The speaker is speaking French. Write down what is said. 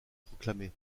proclamé